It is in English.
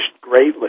greatly